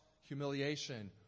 humiliation